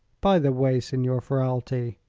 by the way, signor ferralti,